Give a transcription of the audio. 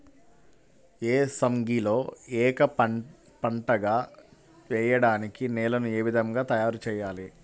ఏసంగిలో ఏక పంటగ వెయడానికి నేలను ఏ విధముగా తయారుచేయాలి?